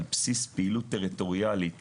על בסיס פעילות טריטוריאלית